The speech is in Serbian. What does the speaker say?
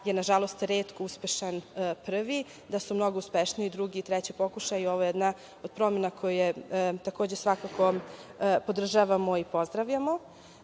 je nažalost retko uspešan prvi, da su mnogo uspešniji drugi i treći pokušaj jer ovo je jedna promena koju takođe svakako podržavamo i pozdravljamo. Opšte